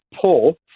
pull